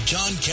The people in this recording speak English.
John